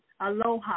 Aloha